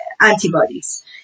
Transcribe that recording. antibodies